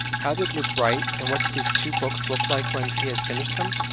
how did luke write, and what did his two books look like when he had finished them?